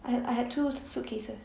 I had I had two suitcases